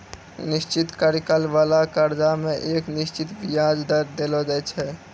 निश्चित कार्यकाल बाला कर्जा मे एक निश्चित बियाज दर देलो जाय छै